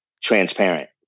transparent